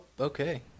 okay